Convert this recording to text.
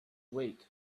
wait